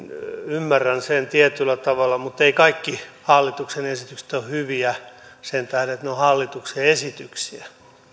ymmärrän sen tietyllä tavalla mutta eivät kaikki hallituksen esitykset ole hyviä sen tähden että ne ovat hallituksen esityksiä